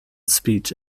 speech